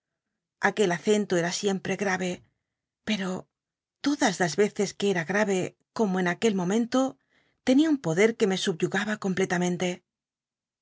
aquel acento era siempre sa e pero todas las a gme como en aquel momento un poder c ne me subyugaba completamente